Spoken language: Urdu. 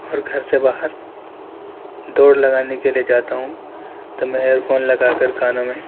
اور گھر سے باہر دوڑ لگانے کے لیے جاتا ہوں تب میں ایئر فون لگا کر کانوں میں